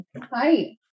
Hi